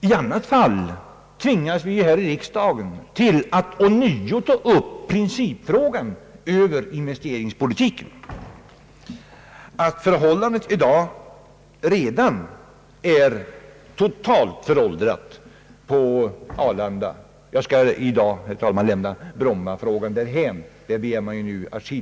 I annat fall tvingas vi här i riks dagen till att ånyo ta upp principfrågan om investeringspolitiken. Att förhållandena på Arlanda redan nu är totalt föråldrade tror jag också att statsrådet och jag är helt överens om.